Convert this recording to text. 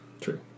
True